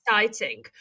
exciting